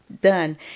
done